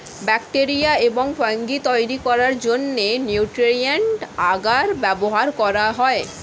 bacteria এবং fungi তৈরি করার জন্য নিউট্রিয়েন্ট আগার ব্যবহার করা হয়